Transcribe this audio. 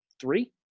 three